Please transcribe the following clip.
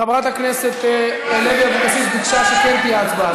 חברת הכנסת אורלי לוי אבקסיס ביקשה שכן תהיה הצבעה,